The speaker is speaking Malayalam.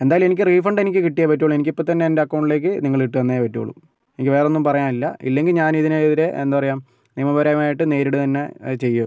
എന്തായാലും എനിക്ക് റീഫണ്ട് എനിക്ക് കിട്ടിയെ പറ്റുകയുളളു എനിക്കിപ്പോൾത്തന്നെ എന്റെ അക്കൗണ്ടിലേക്ക് നിങ്ങളിട്ടു തന്നേ പറ്റുകയുളളു എനിക്ക് വേറൊന്നും പറയാനില്ല ഇല്ലെങ്കിൽ ഞാനിതിനെതിരെ എന്താ പറയുക നിയമപരമായിട്ട് നേരിടുകത്തന്നെ ചെയ്യും